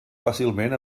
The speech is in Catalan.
fàcilment